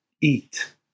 Eat